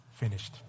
finished